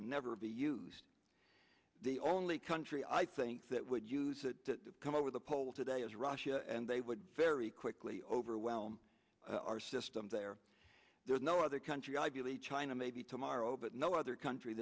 never be used the only country i think that would use it to come over the pole today is russia and they would very quickly overwhelm our system there there's no other country i believe china maybe tomorrow but no other country